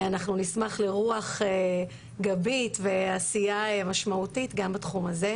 אנחנו נשמח לרוח גבית ועשייה משמעותית גם בתחום הזה,